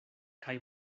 kaj